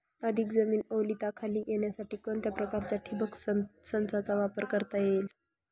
अधिक जमीन ओलिताखाली येण्यासाठी कोणत्या प्रकारच्या ठिबक संचाचा वापर करता येईल?